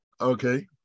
Okay